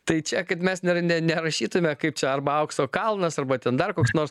tai čia kad mes ne ne nerašytume kaip čia arba aukso kalnas arba ten dar koks nors